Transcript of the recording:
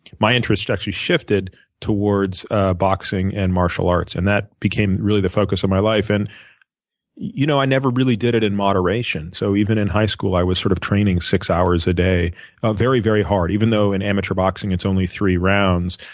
my interest actually shifted towards ah boxing and marital arts. and that became really the focus of my life, and you know i never really did it in moderation. so even in high school i was sort of training six hours a day ah very, very hard. even though in amateur boxing it's only three rounds,